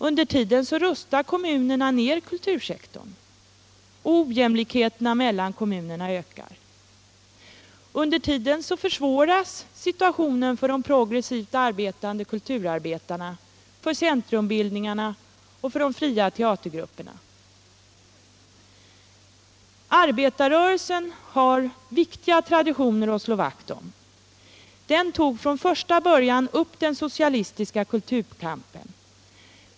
Under tiden rustar kommunerna ned kultursektorn, och ojämlikheten mellan kommunerna ökar. Under tiden försvåras situationen för de progressiva kulturarbetarna, för centrumbildningarna och för de fria grupperna. Arbetarrörelsen har viktiga traditioner att slå vakt om. Den tog från första början upp den socialistiska kulturkampen.